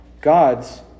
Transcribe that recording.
God's